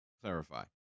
clarify